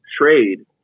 trade